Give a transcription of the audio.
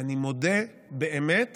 ואני מודה באמת